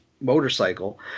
motorcycle